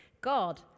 God